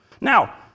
Now